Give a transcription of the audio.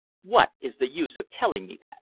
what is the use of telling me that?